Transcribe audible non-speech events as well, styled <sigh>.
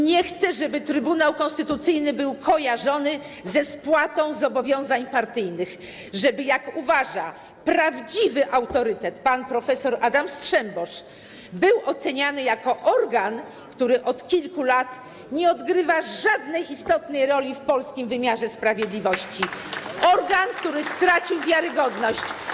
Nie chcę, żeby Trybunał Konstytucyjny był kojarzony ze spłatą zobowiązań partyjnych, żeby - jak uważa prawdziwy autorytet pan prof. Adam Strzembosz - był oceniany jako organ, który od kilku lat nie odgrywa żadnej istotnej roli w polskim wymiarze sprawiedliwości, <applause> organ, który stracił wiarygodność.